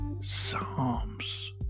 psalms